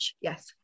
yes